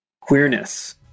queerness